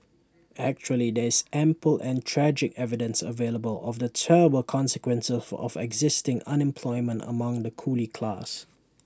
actually there is ample and tragic evidence available of the terrible consequences of existing unemployment among the coolie class